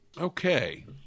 Okay